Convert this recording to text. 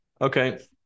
Okay